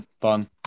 fun